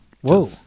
Whoa